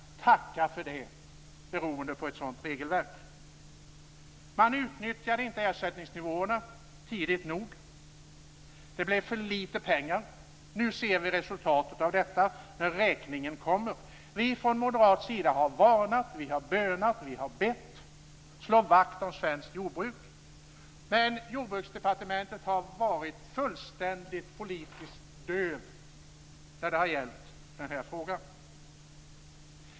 Ja, tacka för det, med ett sådant regelverk! Man utnyttjade inte ersättningsnivåerna tidigt nog. Det blev för lite pengar. Vi ser resultatet av detta nu när räkningen kommer. Vi moderater har varnat, bönat och bett om att man ska slå vakt om svenskt jordbruk men Jordbruksdepartementet har varit fullständigt politiskt dövt när det gällt den här frågan.